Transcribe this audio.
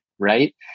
right